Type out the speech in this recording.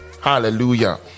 Hallelujah